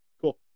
cool